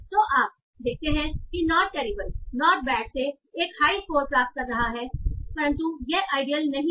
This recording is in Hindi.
तो आप देखते हैं कि नॉट टेरिबल नॉट बैड से एक हाई स्कोर प्राप्त कर रहा है यह आइडियल नहीं है